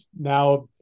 now